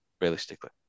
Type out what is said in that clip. realistically